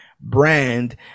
brand